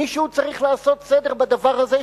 מישהו צריך לעשות סדר בדבר הזה,